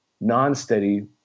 non-steady